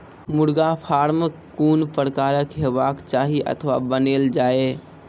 मुर्गा फार्म कून प्रकारक हेवाक चाही अथवा बनेल जाये?